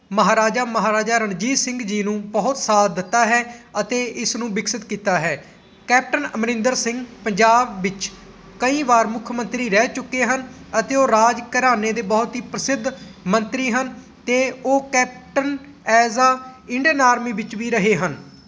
ਮਹਾਰਾਜਾ ਮਹਾਰਾਜਾ ਰਣਜੀਤ ਸਿੰਘ ਜੀ ਨੂੰ ਬਹੁਤ ਸਾਥ ਦਿੱਤਾ ਹੈ ਅਤੇ ਇਸ ਨੂੰ ਵਿਕਸਿਤ ਕੀਤਾ ਹੈ ਕੈਪਟਨ ਅਮਰਿੰਦਰ ਸਿੰਘ ਪੰਜਾਬ ਵਿੱਚ ਕਈ ਵਾਰ ਮੁੱਖ ਮੰਤਰੀ ਰਹਿ ਚੁੱਕੇ ਹਨ ਅਤੇ ਉਹ ਰਾਜ ਘਰਾਣੇ ਦੇ ਬਹੁਤ ਹੀ ਪ੍ਰਸਿੱਧ ਮੰਤਰੀ ਹਨ ਅਤੇ ਉਹ captain as a Indian army ਵਿੱਚ ਵੀ ਰਹੇ ਹਨ